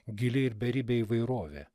gili ir beribė įvairovė